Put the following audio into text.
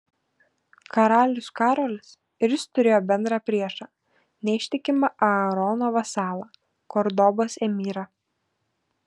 karalius karolis ir jis turėjo bendrą priešą neištikimą aarono vasalą kordobos emyrą